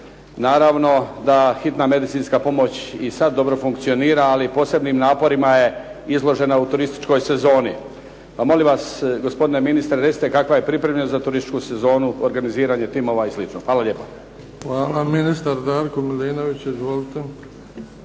Naravno da hitna medicinska pomoć i sad dobro funkcionira ali posebnim naporima je izložena u turističkoj sezoni. Pa molim vas gospodine ministre, recite kakva je pripremljenost za turističku sezonu, organiziranje timova i slično? Hvala lijepa. **Bebić, Luka (HDZ)** Hvala.